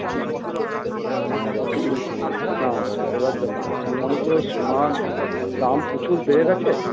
আচ্ছা আচ্ছা না এবার দেখুন এখন তো সোনার দাম প্রচুর বেড়ে গেছে